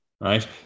right